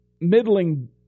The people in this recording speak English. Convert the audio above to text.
middling